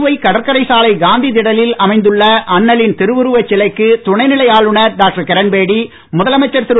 புதுவை கடற்கரைச்சாலை காந்தி திடலில் அமைந்துள்ள அண்ணலின் திருவுருவச் சிலைக்கு துணைநிலை ஆளுநர் டாக்டர் கிரண்பேடி முதலமைச்சர் திரு